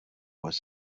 was